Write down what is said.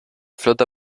flota